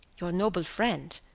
your noble friend,